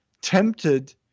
tempted